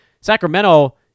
Sacramento